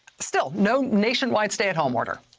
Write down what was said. still no nationwide stay-at-home order.